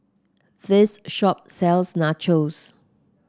this shop sells Nachos